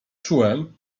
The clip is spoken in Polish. czułem